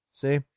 see